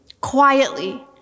quietly